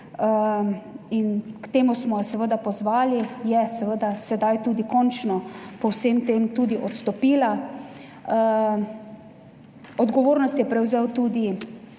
k temu smo jo seveda pozvali, je seveda sedaj tudi končno po vsem tem tudi odstopila. Odgovornost je prevzel tudi